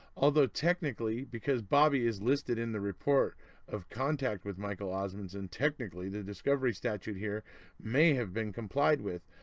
although technically, because bobby is listed in the report of contact with michael osmunson, and technically the discovery statute here may have been complied with.